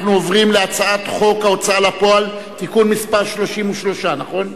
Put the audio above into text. אנחנו עוברים להצעת חוק ההוצאה לפועל (תיקון מס' 33). נכון?